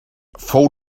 fou